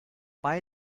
mai